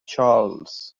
charles